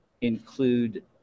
include